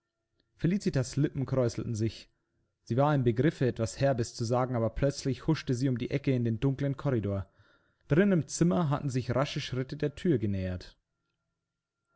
felicita's lippen kräuselten sich sie war im begriffe etwas herbes zu sagen aber plötzlich huschte sie um die ecke in den dunklen korridor drin im zimmer hatten sich rasche schritte der thür genähert